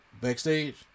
backstage